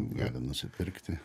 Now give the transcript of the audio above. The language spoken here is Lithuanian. gali nusipirkti